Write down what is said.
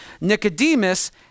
Nicodemus